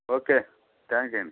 okay thank you అండి